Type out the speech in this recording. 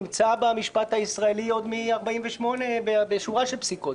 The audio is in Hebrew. נמצא במשפט הישראלי עוד מ-1948 בשורה של פסיקות.